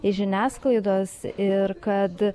iš žiniasklaidos ir kad